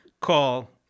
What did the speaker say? call